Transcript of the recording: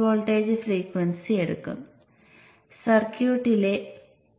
capacitor ഡിവൈഡറിന്